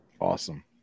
awesome